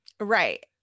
right